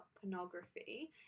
pornography